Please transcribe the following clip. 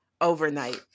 overnight